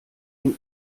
ihm